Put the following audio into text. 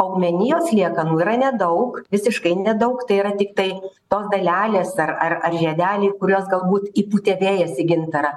augmenijos liekanų yra nedaug visiškai nedaug tai yra tiktai tos dalelės ar ar žiedeliai kuriuos galbūt įpūtė vėjas į gintarą